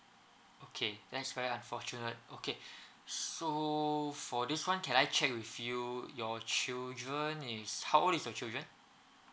okay that's very unfortunate okay so for this [one] can I check with you your children is how old is your children